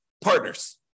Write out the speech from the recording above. partners